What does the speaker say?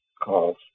calls